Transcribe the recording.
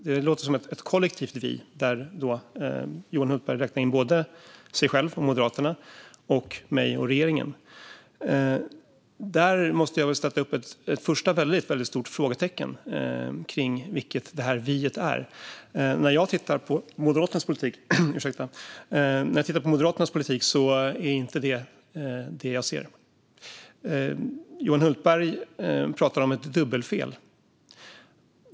Det låter som ett kollektivt "vi", där Johan Hultberg räknar in både sig själv och Moderaterna och mig och regeringen. Jag måste sätta ett väldigt stort frågetecken för vilka "vi" det gäller. När jag tittar på Moderaternas politik är det inte vad jag ser. Johan Hultberg talar om ett dubbelfel.